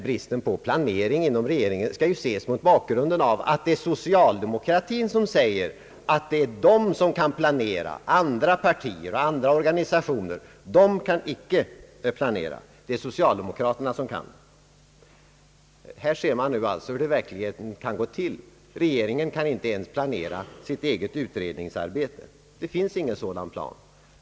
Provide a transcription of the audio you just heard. Bristerna i regeringens planering skall ses mot bakgrunden av talet om att det är bara socialdemokratin som kan planera, medan andra partier och organisationer inte kan det. Här ser vi hur det i verkligheten kan gå till. Regeringen kan inte ens planera sitt eget utredningsarbete. Det finns ingen plan för det.